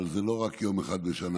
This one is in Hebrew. אבל זה לא רק יום אחד בשנה,